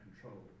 control